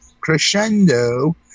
Crescendo